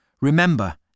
Remember